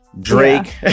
Drake